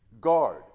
Guard